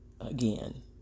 again